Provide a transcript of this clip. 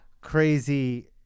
crazy